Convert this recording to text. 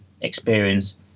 experience